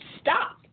stop